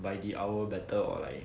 by the hour better or like